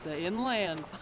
inland